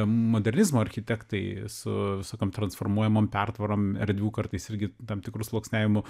modernizmo architektai su visokiom transformuojamom pertvarom erdvių kartais irgi tam tikru sluoksniavimu